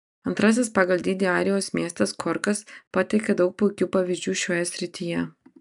antrasis pagal dydį airijos miestas korkas pateikia daug puikių pavyzdžių šioje srityje